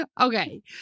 Okay